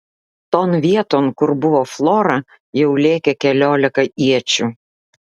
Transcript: ton vieton kur buvo flora jau lėkė keliolika iečių